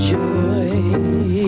Joy